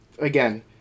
again